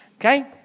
Okay